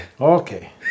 Okay